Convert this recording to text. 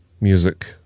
music